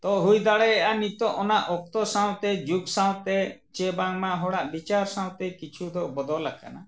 ᱛᱚ ᱦᱩᱭ ᱫᱟᱲᱮᱭᱟᱜᱼᱟ ᱱᱤᱛᱳᱜ ᱚᱱᱟ ᱚᱠᱛᱚ ᱥᱟᱶᱛᱮ ᱡᱩᱜᱽ ᱥᱟᱶᱛᱮ ᱥᱮ ᱵᱟᱝᱢᱟ ᱦᱚᱲᱟᱜ ᱵᱤᱪᱟᱹᱨ ᱥᱟᱶᱛᱮ ᱠᱤᱪᱷᱩ ᱫᱚ ᱵᱚᱫᱚᱞ ᱟᱠᱟᱱᱟ